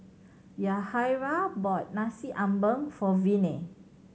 Yahaira bought Nasi Ambeng for Viney